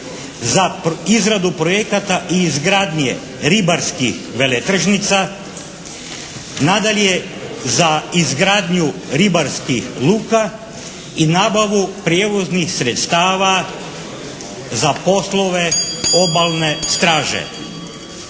za izradu projekata i izgradnje ribarskih veletržnica. Nadalje za izgradnju ribarskih luka i nabavu prijevoznih sredstava za poslove Obalne straže.